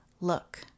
Look